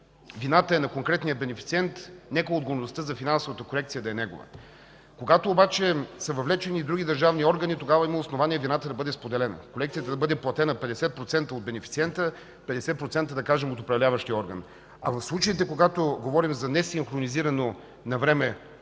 вината е на конкретния бенефициент, нека отговорността за финансовата корекция да е негова. Когато обаче са въвлечени други държавни органи, тогава има основание вината да бъде споделена – корекцията да бъде платена 50% от бенефициента и 50% – да кажем от управляващия орган. В случаите, когато говорим за несинхронизирано навреме